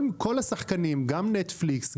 כל השחקנים גם נטפליקס,